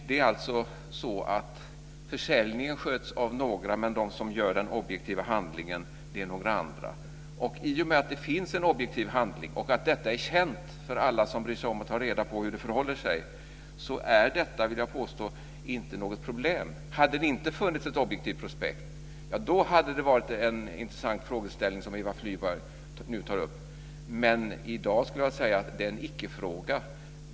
Det är alltså så att försäljningen sköts av vissa personer, men det är andra som skriver den objektiva handlingen. I och med att det finns en objektiv handling och att detta är känt för alla som bryr sig om att ta reda på hur det förhåller sig är detta, vill jag påstå, inte något problem. Hade det inte funnits ett objektivt prospekt hade det varit en intressant frågeställning som Eva Flyborg nu tar upp, men i dag skulle jag vilja säga att det är en icke-fråga.